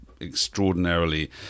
extraordinarily